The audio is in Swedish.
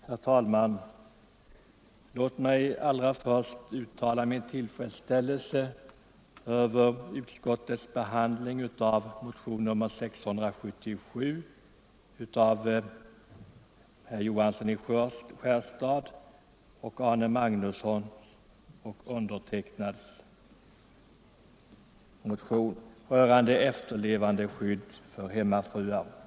Herr talman! Låt mig allra först uttala min tillfredsställelse över utskottets behandling av motionen 677 av herrar Johansson i Skärstad och Magnusson i Nennesholm samt mig själv rörande efterlevandeskydd för hemmafru.